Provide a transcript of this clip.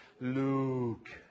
Luke